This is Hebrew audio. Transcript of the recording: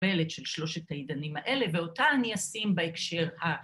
‫בלת של שלושת העידנים האלה, ‫ואותה אני אשים בהקשר ה...